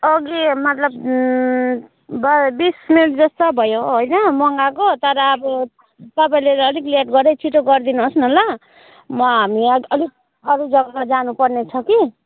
अगि मतलब ब बिस मिनट जस्तो भयो होइन मगाएको तर अब तपाईँले चाहिँ अलिक लेट गरेर छिटो गरिदिनु होस् न ल म हामी अलिक अरू जगा जानु पर्ने छ कि